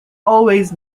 always